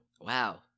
Wow